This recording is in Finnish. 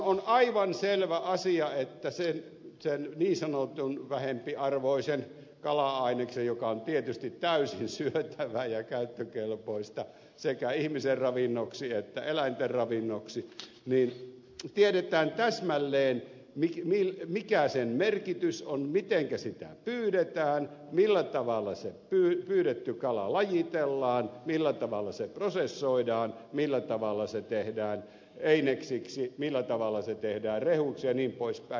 on aivan selvä asia että siitä niin sanotusta vähempiarvoisesta kala aineksesta joka on tietysti täysin syötävää ja käyttökelpoista sekä ihmisen ravinnoksi että eläinten ravinnoksi tiedetään täsmälleen mikä sen merkitys on ja mitenkä sitä pyydetään millä tavalla se pyydetty kala lajitellaan millä tavalla se prosessoidaan millä tavalla se tehdään eineksiksi millä tavalla se tehdään rehuksi jnp